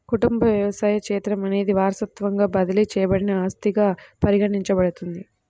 కుటుంబ వ్యవసాయ క్షేత్రం అనేది వారసత్వంగా బదిలీ చేయబడిన ఆస్తిగా పరిగణించబడుతుంది